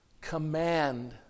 Command